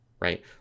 right